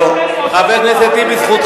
הפנית את הגב שלך